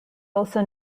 also